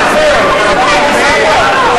אני מקווה בשבילה,